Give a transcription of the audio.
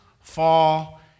fall